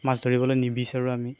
মাছ ধৰিবলৈ নিবিচাৰোঁ আমি